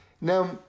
Now